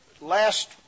last